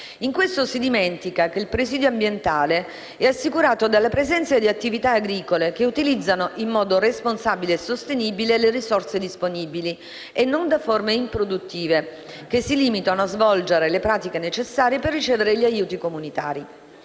In questo si dimentica che il presidio ambientale è assicurato dalla presenza di attività agricole, che utilizzano in modo responsabile e sostenibile le risorse disponibili e non da forme improduttive, che si limitano a svolgere le pratiche necessarie per ricevere gli aiuti comunitari.